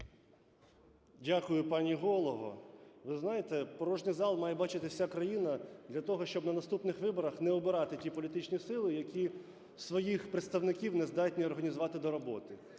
Дякую, пані голово. Ви знаєте, порожню залу має бачити вся країна для того, щоб на наступних виборах не обирати ті політичні сили, які своїх представників не здатні організувати до роботи,